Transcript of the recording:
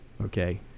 okay